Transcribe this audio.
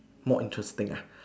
more interesting ah